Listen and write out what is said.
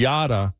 Yada